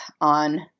on